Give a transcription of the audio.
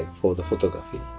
for the photography,